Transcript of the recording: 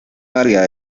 variedad